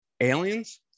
Aliens